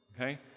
okay